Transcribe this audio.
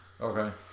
Okay